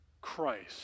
Christ